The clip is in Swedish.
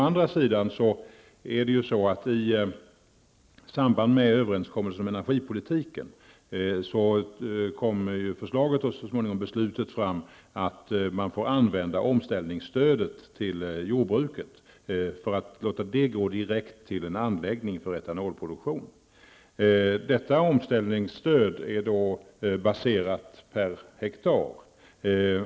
Men i samband med överenskommelsen om energipolitiken kommer förslaget och så småningom beslutet fram att man får använda omställningsstödet till jordbruket för att låta det gå direkt till en anläggning för etanolproduktion. Detta omställningsstöd är baserat per hektar.